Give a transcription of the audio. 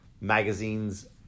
magazines